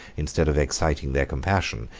instead of exciting their compassion,